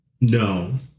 No